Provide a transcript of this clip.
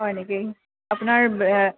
হয় নেকি আপোনাৰ